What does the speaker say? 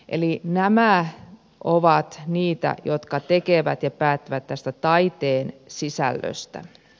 eli nämä ovat niitä jotka tekevät ja päättävät taiteen sisällöstä